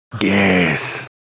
Yes